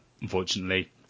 unfortunately